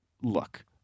look